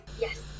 Yes